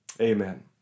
Amen